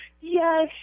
Yes